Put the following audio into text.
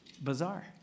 bizarre